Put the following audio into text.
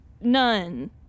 none